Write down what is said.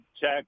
check